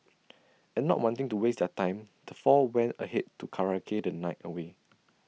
and not wanting to waste their time the four went ahead to karaoke the night away